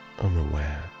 unaware